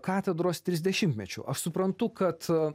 katedros trisdešimtmečiu aš suprantu kad